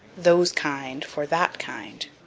those kind for that kind.